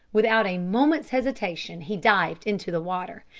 without a moment's hesitation he dived into the water.